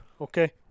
Okay